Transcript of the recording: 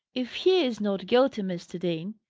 if he is not guilty, mr. dean,